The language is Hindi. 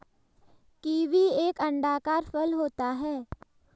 कीवी एक अंडाकार फल होता है